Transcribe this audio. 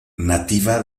nativa